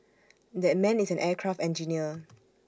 that man is an aircraft engineer